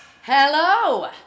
Hello